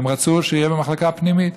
והם רצו שתהיה במחלקת הפנימית.